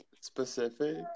Specific